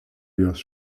jos